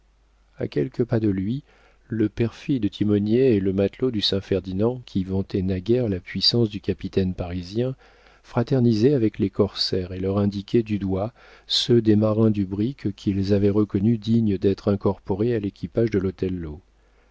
a quelques pas de lui le perfide timonier et le matelot du saint ferdinand qui vantait naguère la puissance du capitaine parisien fraternisaient avec les corsaires et leur indiquaient du doigt ceux des marins du brick qu'ils avaient reconnus dignes d'être incorporés à l'équipage de l'othello